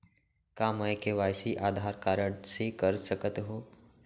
का मैं KYC Aadhaar card से कर सकत हो?